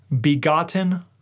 Begotten